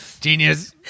Genius